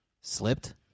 Slipped